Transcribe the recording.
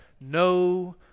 no